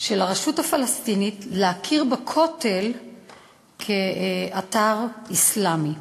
של הרשות הפלסטינית להכיר בכותל כאתר אסלאמי.